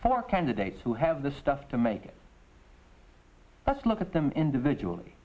for candidates who have the stuff to make us look at them individually